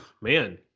man